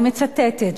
אני מצטטת,